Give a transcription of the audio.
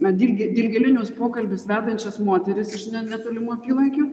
na dilgė dilgėlinius pokalbius vedančias moteris iš netolimų apylinkių